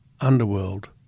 underworld